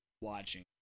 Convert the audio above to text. watching